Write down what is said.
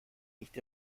nicht